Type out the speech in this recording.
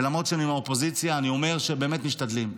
ולמרות שאני מהאופוזיציה אני אומר שבאמת משתדלים,